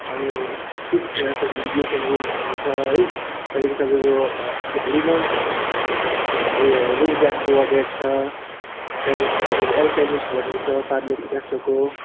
अनि शिव खेडाको you can win भन्ने छ है त्यहाँदेखि तपाईँको रिनोन उयो रिच ड्याड पुअर ड्याड छ त्यहाँदेखि तपाईँको एलकेमिस्ट भन्ने छ पाब्लो पिकासोको